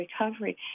recovery